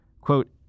Quote